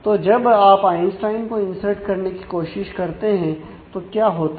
तो जब आप आइंस्टाइन को इंसर्ट करने की कोशिश करते हैं तो क्या होता है